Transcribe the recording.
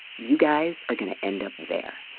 you guys are going to end up there.